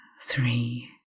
three